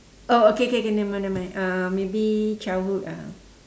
oh K K K nevermind uh maybe childhood ah